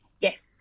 Yes